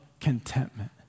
contentment